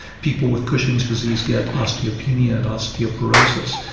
people with cushing's disease get osteopenea and osteoporosis.